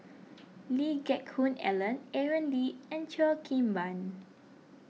Lee Geck Hoon Ellen Aaron Lee and Cheo Kim Ban